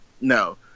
no